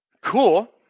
Cool